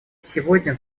сегодня